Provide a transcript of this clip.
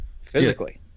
physically